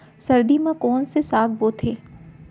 सर्दी मा कोन से साग बोथे?